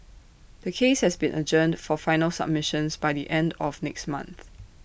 the case has been adjourned for final submissions by the end of next month